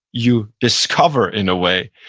you discover, in a way,